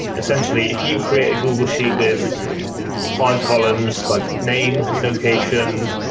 essentially, if you create a google sheet with five columns, like name, location,